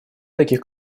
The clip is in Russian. таких